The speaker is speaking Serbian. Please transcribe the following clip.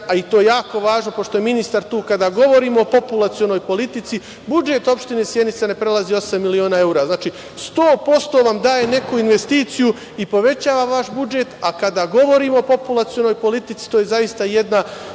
a i to je jako važno pošto je ministar tu, kada govorimo o populacionoj politici, budžet opštine Sjenica ne prelazi osam miliona evra. Znači, 100% vam daje neku investiciju i povećava vaš budžet, a kada govorimo o populacionoj politici, to je zaista jedna